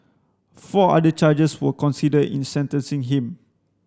four other charges were considered in sentencing him